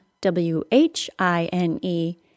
W-H-I-N-E